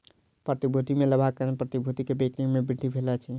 प्रतिभूति में लाभक कारण प्रतिभूति के बिक्री में वृद्धि भेल अछि